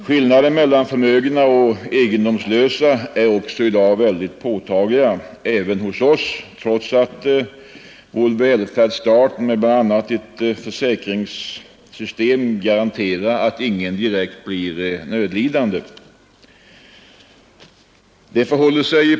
Skillnaderna mellan förmögna och egendomslösa är i dag påtagliga även hos oss, trots vår välfärdsstat med bl.a. dess försäkringssystem som garanterar att ingen blir direkt nödlidande.